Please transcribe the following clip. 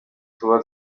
tuba